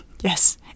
Yes